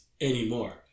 Anymore